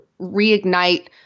reignite